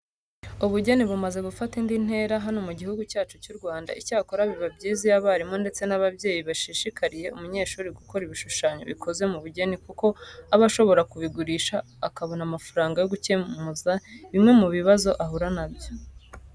Ubugeni bumaze gufata indi ntera hano mu gihugu cyacu cy'u Rwanda. Icyakora biba byiza iyo abarimu ndetse n'ababyeyi bashishikarije umunyeshuri gukora ibishushanyo bikoze mu bugeni kuko aba ashobora kubigurisha akabona amafaranga yo gukemuza bimwe mu bibazo ahura na byo.